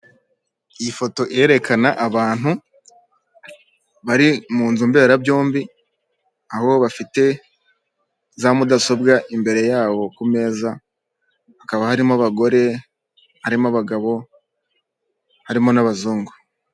Iyi foto irerekana abantu bari mu nzu mberabyombi aho bafite za mudasobwa imbere yabo ku meza hakaba harimo abagore, harimo abagabo harimo n'abazungu.